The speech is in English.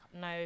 no